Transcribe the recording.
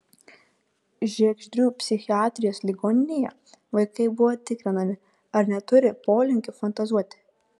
žiegždrių psichiatrijos ligoninėje vaikai buvo tikrinami ar neturi polinkių fantazuoti